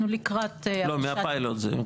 לא, מהפיילוט.